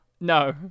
No